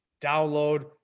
Download